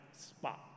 spot